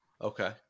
Okay